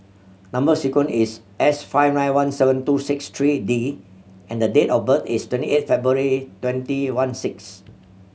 number sequence is S five nine one seven two six three D and date of birth is twenty eight February twenty one six